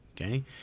Okay